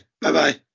bye-bye